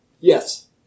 Yes